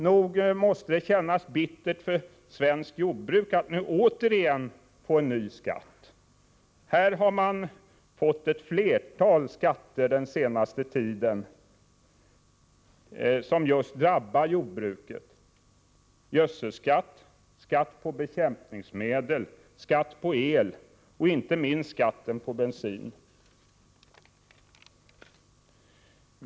Nog måste det kännas bittert för svenskt jordbruk att nu återigen påföras en ny skatt. Beslut har under den senaste tiden fattats om ett flertal skatter som drabbar just jordbruket: Gödselskatt, skatt på bekämpningsmedel, skatt på el och inte minst skatt på bensin.